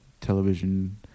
television